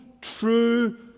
true